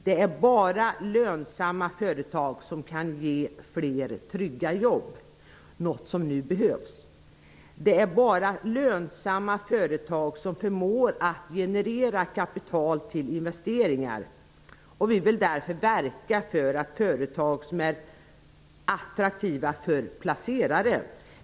Det är bara lönsamma företag som kan ge fler trygga jobb, något som nu behövs. Det är bara lönsamma företag som förmår att generera kapital till investeringar. Vi vill därför verka för företag som är attraktiva för placerare.